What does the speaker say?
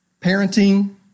parenting